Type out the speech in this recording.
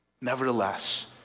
Nevertheless